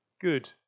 good